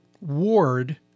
ward